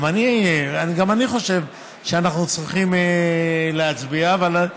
גם אני חושב שאנחנו צריכים להצביע, אבל,